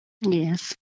Yes